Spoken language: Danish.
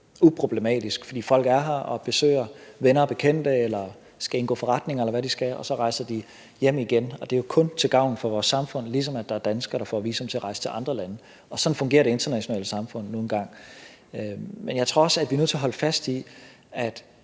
uproblematisk, fordi folk er her og besøger venner og bekendte, skal indgå forretninger, eller hvad de nu skal, og så rejser de hjem igen, og det er jo kun til gavn for vores samfund, ligesom der er danskere, der får visum til at rejse til andre lande. Sådan fungerer det internationale samfund nu engang. Men jeg tror også, jeg bliver nødt til holde fast i,